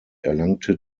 erlangte